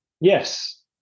Yes